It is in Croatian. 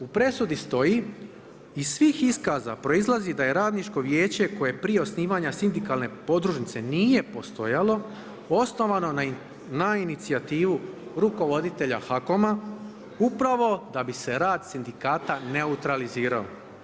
U presudi stoji iz svih iskaza proizlazi da je radničko vijeće koje je prije osnivanja sindikalne podružnice nije postojalo, osnovano na na inicijativu rukovoditelja HAKOM-a upravo da bi se rad sindikata neutralizirao.